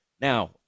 Now